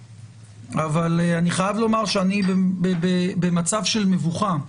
אבל אני חייב לומר שאני במצב של מבוכה.